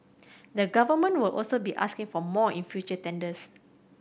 the Government will also be asking for more in future tenders